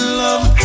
love